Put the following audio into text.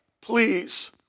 please